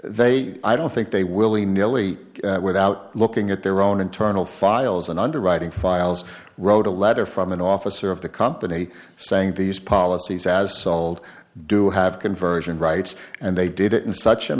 they i don't think they will be nearly without looking at their own internal files and underwriting files wrote a letter from an officer of the company saying these policies as sold do have conversion rights and they did it in such a